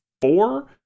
four